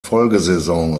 folgesaison